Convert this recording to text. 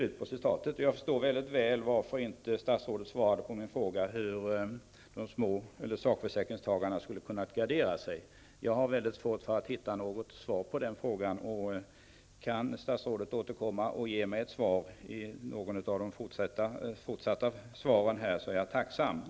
Jag förstår mycket väl varför inte statsrådet svarade på min fråga om hur sakförsäkringstagarna skulle ha kunnat gardera sig. Jag har mycket svårt att hitta något svar på den frågan. Kan statsrådet återkomma och ge mig ett svar i något av de följande inläggen vore jag tacksam.